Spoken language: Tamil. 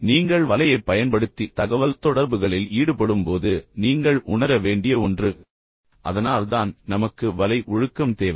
எனவே நீங்கள் வலையைப் பயன்படுத்தி தகவல்தொடர்புகளில் ஈடுபடும் போது நீங்கள் உணர வேண்டிய ஒன்று அதனால்தான் நமக்கு வலை ஒழுக்கம் தேவை